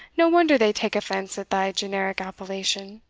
no wonder they take offence at thy generic appellation!